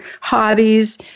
hobbies